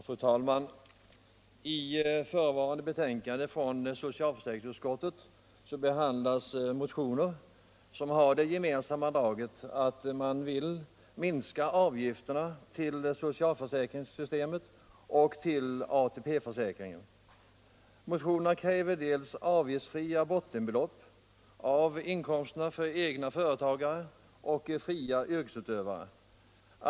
Fru talman! I förevarande betänkande från socialförsäkringsutskottet behandlas motioner som alla har det gemensamt att motionärerna vill minska avgifterna till socialförsäkringssystemet och till ATP-försäkringen. I en motion krävs avgiftsfria bottenbelopp för egna företagare och fria yrkesutövare.